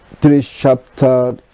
three-chapter